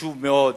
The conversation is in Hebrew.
חשוב מאוד